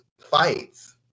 fights